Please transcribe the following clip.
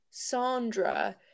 Sandra